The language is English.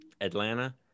Atlanta